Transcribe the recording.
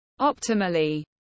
optimally